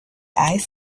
eyes